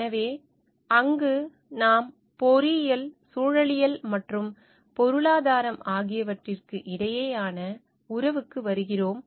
எனவே அங்கு நாம் பொறியியல் சூழலியல் மற்றும் பொருளாதாரம் ஆகியவற்றுக்கு இடையேயான உறவுக்கு வருகிறோம்